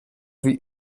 wie